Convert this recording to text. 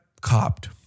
Copped